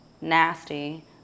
nasty